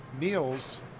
meals